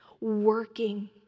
working